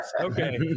Okay